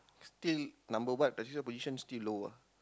still number what position still low ah